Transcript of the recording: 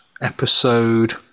episode